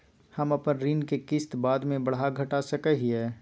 हम अपन ऋण के किस्त बाद में बढ़ा घटा सकई हियइ?